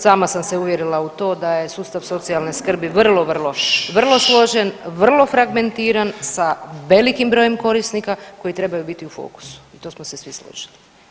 Sama sam se uvjerila u to da je sustav socijalne skrbi, vrlo, vrlo, vrlo složen, vrlo fragmentiran sa velikim brojem korisnika koji trebaju biti u fokusu i to smo se svi složili.